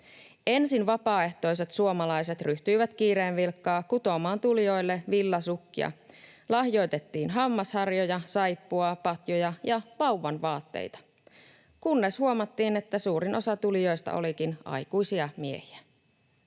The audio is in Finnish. Ensin vapaaehtoiset suomalaiset ryhtyivät kiireen vilkkaa kutomaan tulijoille villasukkia. Lahjoitettiin hammasharjoja, saippuaa, patjoja ja vauvanvaatteita, kunnes huomattiin, että suurin osa tulijoista olikin aikuisia miehiä.